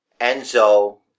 Enzo